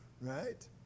right